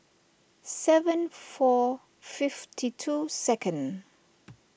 seven four fifty two second